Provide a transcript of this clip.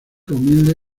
humilde